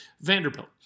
Vanderbilt